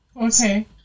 Okay